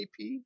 AP